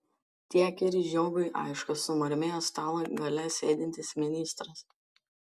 tiek ir žiogui aišku sumurmėjo stalo gale sėdintis ministras